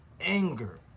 anger